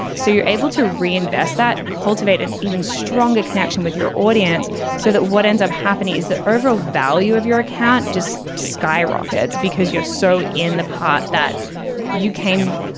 so you're able to reinvest that cultivate an even stronger connection with your audience so that what ends up happening is the overall value of your account just skyrockets because you're so in the pot that you came.